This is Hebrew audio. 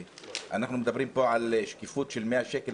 אנחנו מדברים פה על שקיפות של 100 שקל,